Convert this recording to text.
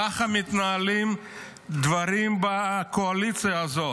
ככה מתנהלים דברים בקואליציה הזאת.